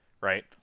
right